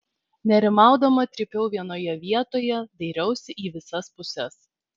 nerimaudama trypiau vienoje vietoje dairiausi į visas puses